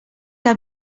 que